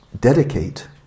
Dedicate